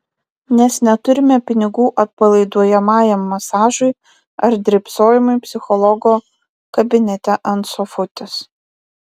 nes neturime pinigų atpalaiduojamajam masažui ar drybsojimui psichologo kabinete ant sofutės